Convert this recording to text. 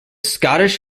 scottish